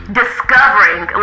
discovering